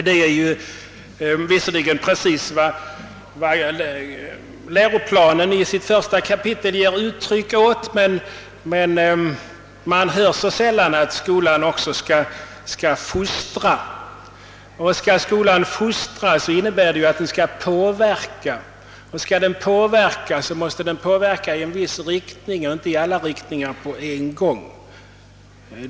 Detta är visserligen precis vad läroplanen i sitt första kapitel ger uttryck åt, men man hör så sällan att skolan också skall fostra. Skall skolan fostra, innebär det att den skall påverka, och skall den påverka, måste den påverka i en viss riktning och inte i alla riktningar på en gång.